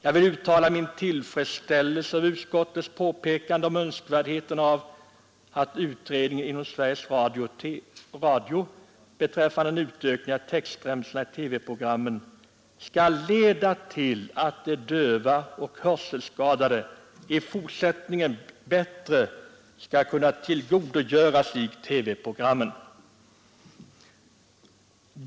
Jag vill uttala min tillfredsställelse över utskottets påpekande om önskvärdheten av att utredningen inom Sveriges Radio beträffande en utökad användning av textremsorna i TV-programmen skall leda till att de döva och hörselskadade i fortsättningen bättre skall kunna tillgodogöra sig TV-programmen.